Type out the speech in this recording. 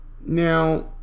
Now